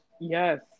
Yes